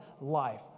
life